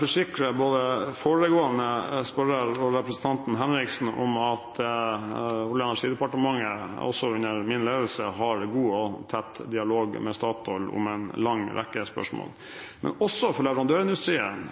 forsikre både foregående spørrer og representanten Henriksen om at Olje- og energidepartementet også under min ledelse har god og tett dialog med Statoil om en lang rekke spørsmål. Men også for leverandørindustrien